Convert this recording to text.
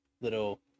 little